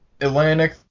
Atlantic